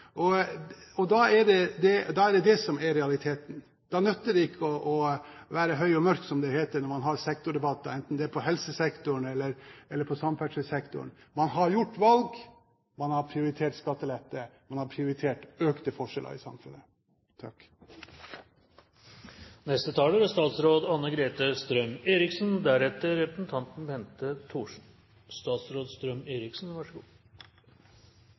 og avgifter. Da er det det som er realiteten. Da nytter det ikke å være høy og mørk, som det heter, når man har sektordebatter, enten det er på helsesektoren eller på samferdselssektoren. Man har gjort et valg, og man har prioritert skattelette; man har prioritert økte forskjeller i samfunnet. Det er